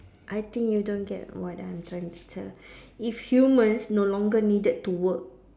I think you don't get what I'm trying to tell if humans no longer needed to work